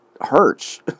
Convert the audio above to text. hurts